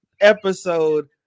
episode